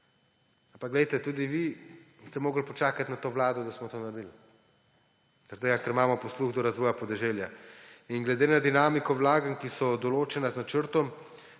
glejte, tudi vi ste morali počakati na to vlado, da smo to naredili zaradi tega, ker imamo posluh do razvoja podeželja. In glede na dinamiko vlaganj, ki so določena z načrtom,